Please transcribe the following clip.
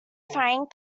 frying